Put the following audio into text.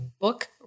book